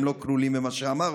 הם לא כלולים במה שאמרת,